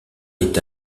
est